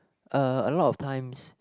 uh a lot of times